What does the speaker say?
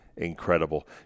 Incredible